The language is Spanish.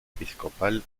episcopal